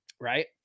Right